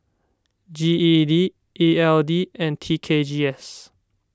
G E D E L D and T K G S